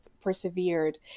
persevered